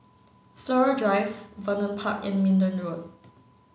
Flora Drive Vernon Park and Minden Road